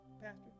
pastor